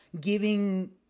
giving